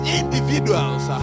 individuals